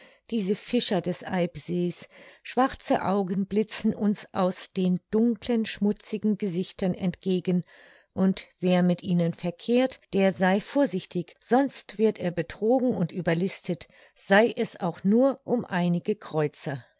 diese fischer des eibsees schwarze augen blitzen uns aus den dunklen schmutzigen gesichtern entgegen und wer mit ihnen verkehrt der sei vorsichtig sonst wird er betrogen und überlistet sei es auch nur um einige kreuzer